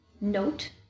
note